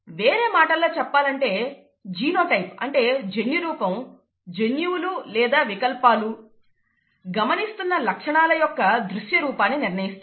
వేరే మాటల్లో చెప్పాలంటే జీనోటైప్ అంటే జన్యురూపం జన్యువులు లేదా వికల్పాలు గమనిస్తున్న లక్షణాల యొక్క దృశ్య రూపాన్ని నిర్ణయిస్తాయి